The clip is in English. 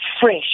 fresh